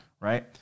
Right